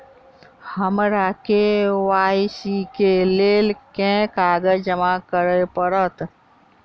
हमरा के.वाई.सी केँ लेल केँ कागज जमा करऽ पड़त?